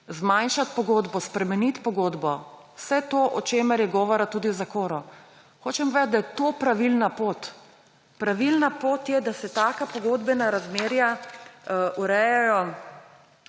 zmanjšati pogodbo, spremeniti pogodbo; vse to, o čemer je govora tudi v zakonu. Hočem povedati, da je to pravilna pot. Pravilna pot je, da se taka pogodbena razmerja urejajo